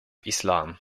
islam